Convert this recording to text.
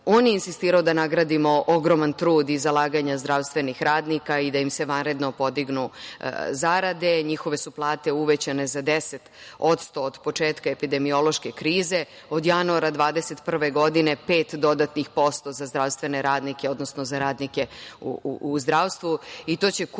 on je insistirao da nagradimo ogroman trud i zalaganja zdravstvenih radnika i da im se vanredno podignu zarade. Njihove su plate uvećane za 10% od početka epidemiološke krize. Od januara 2021. godine, pet dodatnih posto za zdravstvene radnike, odnosno za radnike u zdravstvu